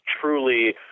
truly